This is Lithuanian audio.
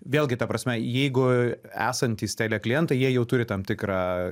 vėlgi ta prasme jeigu esantys telia klientai jie jau turi tam tikrą